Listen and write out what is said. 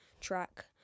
track